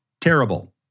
terrible